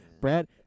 Brad